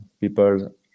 people